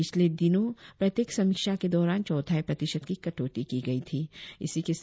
पिछले दिनों प्रत्येक समीक्षा के दौरान चौथाई प्रतिशत की कटौती की गई थी